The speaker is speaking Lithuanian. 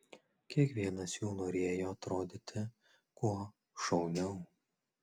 kiekvienas jų norėjo atrodyti kuo šauniau